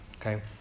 okay